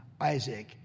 Isaac